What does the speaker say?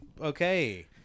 Okay